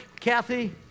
Kathy